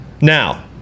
now